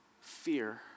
Fear